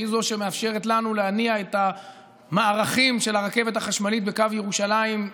שהיא זו שמאפשרת לנו להניע את המערכים של הרכבת החשמלית בקו ירושלים,